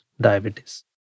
diabetes